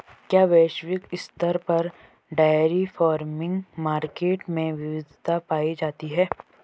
क्या वैश्विक स्तर पर डेयरी फार्मिंग मार्केट में विविधता पाई जाती है?